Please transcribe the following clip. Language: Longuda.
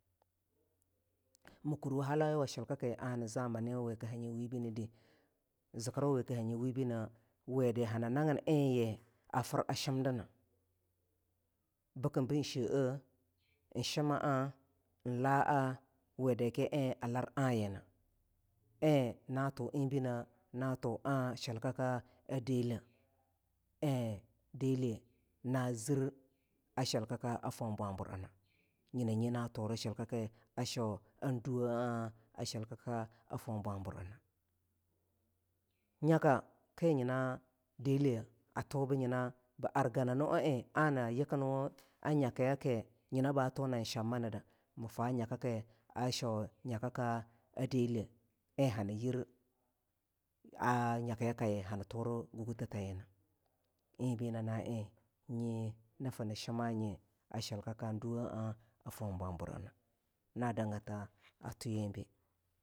mi kurwu halauyawa zamani we ka hanyi we bi nide zikirwa iye ka hanyi we be nide we da hani nagin enyi a fir a shimdi nai bekin be in sheen en shimaa en laa we da kie ahye a kar ahyina en na thuenbineh nathu ah shilkaka a deleh en deleh na zir a shilkaka a foh bwabur ena nyina nye na thura shilkaka a duwa eh for bwabur ena nyaka ke anyina deleh a thur buh nyina be ar ganamu a en ana yakinwa a nyaki yaki nyina ba thu a nan chamma nida mi fsh nyakaki shau nya kaka a deleh en hani yira nyakiyakaye hani thura gagutu tayino enbe nyina na en nyi ni fa ni shimanyine a shilakaka du wo eh for bwar bu ena ena naa donhgata a thuyambe